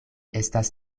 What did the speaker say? estas